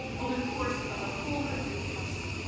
over the course of a whole hundred years.